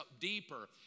deeper